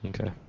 Okay